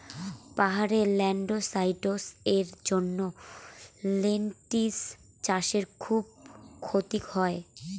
পাহাড়ে ল্যান্ডস্লাইডস্ এর জন্য লেনটিল্স চাষে খুব ক্ষতি হয়